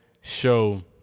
show